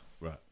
right